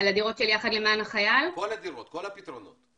כל הדירות, כל הפתרונות.